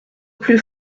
plus